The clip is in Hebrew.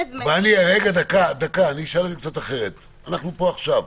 אנחנו פה עכשיו,